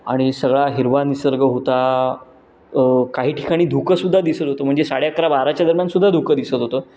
आणि सगळा हिरवा निसर्ग होता काही ठिकाणी धुकंसुद्धा दिसत होतं म्हणजे साडे अकरा बाराच्या दरम्यान सुद्धा धुकं दिसत होतं